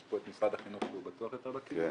יש פה את משרד החינוך שהוא בטוח יותר בקי ממני.